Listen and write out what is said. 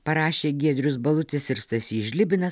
parašė giedrius balutis ir stasys žlibinas